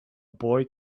boy